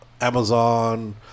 Amazon